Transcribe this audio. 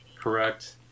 Correct